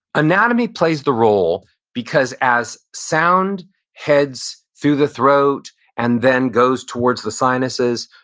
anatomy plays the role because as sound heads through the throat and then goes towards the sinuses,